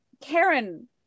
Karen